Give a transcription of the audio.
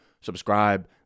Subscribe